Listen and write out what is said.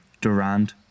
durand